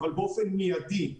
אבל באופן מיידי.